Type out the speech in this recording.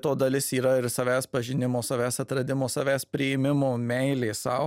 to dalis yra ir savęs pažinimo savęs atradimo savęs priėmimo meilė sau